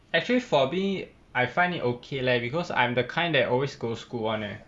actually for me I find it okay leh because I'm the kind that always go school [one] leh